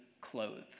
clothes